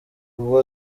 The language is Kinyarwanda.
ubu